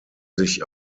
sich